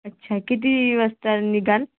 अच्छा किती वाजता निघाल